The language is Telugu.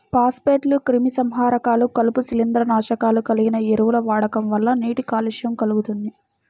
ఫాస్ఫేట్లు, క్రిమిసంహారకాలు, కలుపు, శిలీంద్రనాశకాలు కలిగిన ఎరువుల వాడకం వల్ల నీటి కాలుష్యం కల్గుతుంది